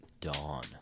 Dawn